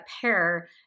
pair